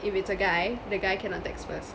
if it's a guy the guy cannot text first